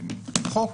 בעקבות החוק.